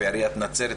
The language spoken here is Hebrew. ואולי חלק לא הוזכרו.